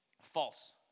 False